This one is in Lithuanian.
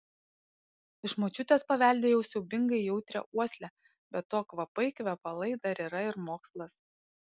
iš močiutės paveldėjau siaubingai jautrią uoslę be to kvapai kvepalai dar yra ir mokslas